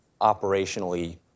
operationally